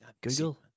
Google